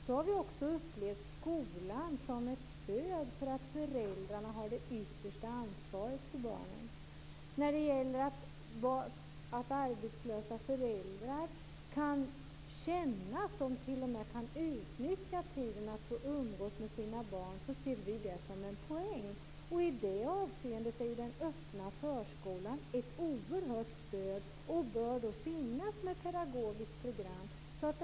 Vi har också upplevt skolan som ett stöd för föräldrarna som har det yttersta ansvaret för barnen. Att arbetslösa föräldrar kan känna att de t.o.m. kan utnyttja tiden till att umgås med sina barn ser vi som en poäng. I det avseendet är den öppna förskolan ett oerhört stöd och bör därför få ett pedagogiskt program.